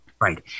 Right